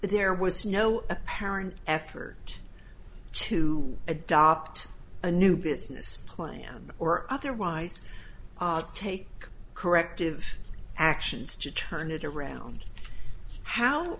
there was no apparent effort to adopt a new business plan or otherwise take corrective actions to turn it around how